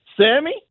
Sammy